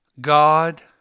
God